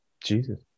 Jesus